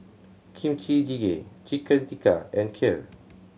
Kimchi Jjigae Chicken Tikka and Kheer